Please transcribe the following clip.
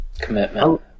Commitment